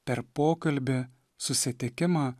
per pokalbį susitikimą